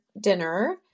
dinner